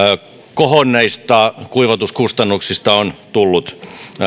kohonneista kuivatuskustannuksista on tullut